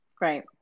Right